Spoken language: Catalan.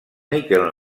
níquel